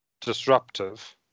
disruptive